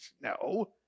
No